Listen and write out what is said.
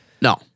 No